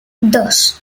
dos